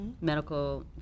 medical